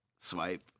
swipe